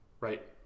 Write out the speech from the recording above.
right